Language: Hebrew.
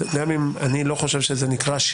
במקום הראשון, אם אתם רוצים לדעת, נמצאת נורבגיה.